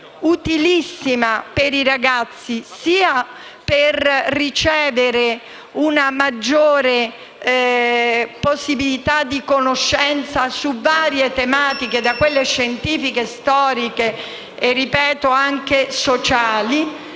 utilissimo per i ragazzi, sia per avere una maggiore possibilità di conoscenza di varie tematiche (da quelle scientifiche, a quelle storiche a quelle sociali),